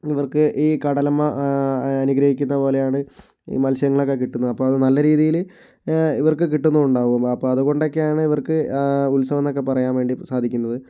ഇവർക്ക് ഈ കടലമ്മ അനുഗ്രഹിക്കുന്ന പോലെയാണ് ഈ മത്സ്യങ്ങളൊക്കെ കിട്ടുന്നത് അപ്പോൾ അത് നല്ല രീതിയിൽ ഇവർക്ക് കിട്ടുന്നും ഉണ്ടാവും അപ്പോൾ അതുകൊണ്ടൊക്കെയാണ് ഇവർക്ക് ഉത്സവം എന്നൊക്കെ പറയാൻ വേണ്ടി സാധിക്കുന്നത്